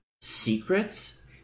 secrets